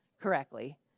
correctly